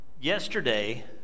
Yesterday